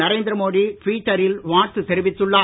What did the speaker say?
நரேந்திர மோடி டுவிட்டரில் வாழ்த்து தெரிவித்துள்ளார்